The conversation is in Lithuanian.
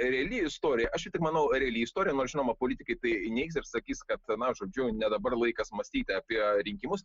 reali istorija aš tik tai manau reali istorija nors žinoma politikai tai neigs ir sakys kad na žodžiu ne dabar laikas mąstyti apie rinkimus